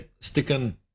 sticking